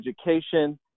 Education